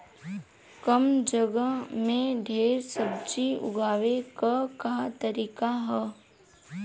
कम जगह में ढेर सब्जी उगावे क का तरीका ह?